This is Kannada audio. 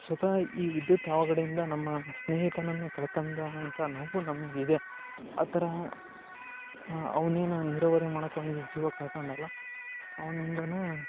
ಸ್ವತಃ ಈ ವಿದ್ಯುತ್ ಅವಘಡದಿಂದ ನಮ್ಮ ಸ್ನೇಹಿತನನ್ನು ಕಳ್ಕಂಡಂಥ ನೋವು ನಮ್ಗೆ ಇದೆ ಆ ಥರ ಅವನೇನು ನೀರಾವರಿ ಮಾಡಕ್ಕೆ ಹೋಗಿ ಜೀವ ಕಳ್ಕೊಂಡ್ನಲ್ಲ ಅವ್ನಿಂದನೇ